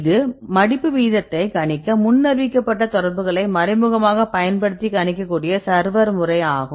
இது மடிப்பு வீதத்தை கணிக்க முன்னறிவிக்கப்பட்ட தொடர்புகளைப் மறைமுகமாக பயன்படுத்தி கணிக்கக்கூடிய சர்வர் முறை ஆகும்